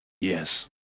Yes